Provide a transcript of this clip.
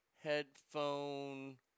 Headphone